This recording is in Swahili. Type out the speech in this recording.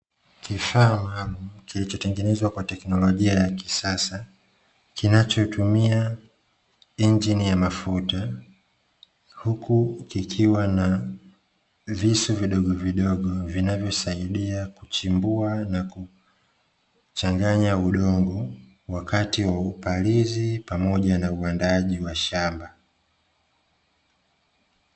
Kifaa maalumu kilichotengenezwa kwa teknolojia ya kisasa, kinachotumia injini ya mafuta, huku kikiwa na visu vidogo vidogo vinavyosaidia kuchimbua na kuchanganya udongo wakati wa upalizi pamoja na uandaaji wa shamba.